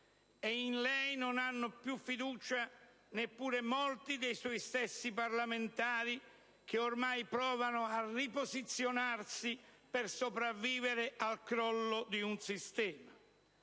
E in lei non hanno più fiducia neppure molti dei suoi stessi parlamentari, che ormai provano a riposizionarsi per sopravvivere al crollo di un sistema.